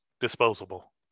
disposable